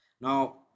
Now